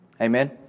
Amen